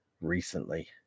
recently